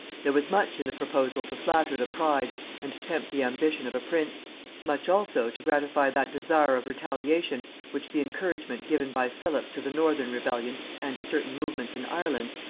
there was much in the proposal to flatter the pride and tempt the ambition of a prince much also to gratify that desire of retaliation which the encouragement given by philip to the northern rebellion and to certain movements in ireland,